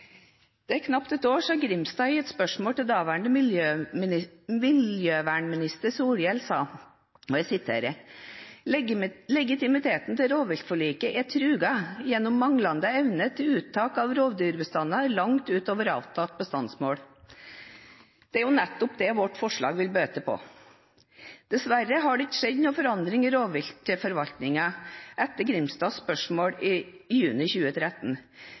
Det er knapt ett år siden Grimstad i et spørsmål til daværende miljøvernminister Solhjell hevdet: «Legitimiteten til rovdyrforliket er truga gjennom manglande evne til uttak av rovdyrbestander langt over avtalte bestandsmål.» Det er nettopp det vårt forslag vil bøte på. Dessverre har det ikke skjedd noen forandring i rovviltforvaltningen etter Grimstads spørsmål i juni 2013.